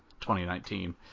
2019